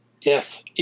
Yes